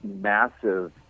massive